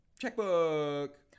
checkbook